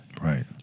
right